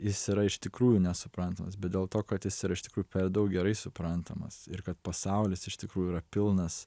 jis yra iš tikrųjų nesuprantamas bet dėl to kad jis iš tikrųjų per daug gerai suprantamas ir kad pasaulis iš tikrųjų yra pilnas